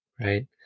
Right